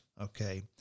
okay